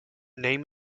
name